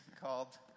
called